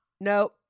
no